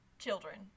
Children